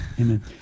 Amen